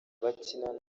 bakinana